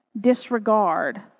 disregard